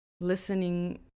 listening